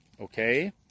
Okay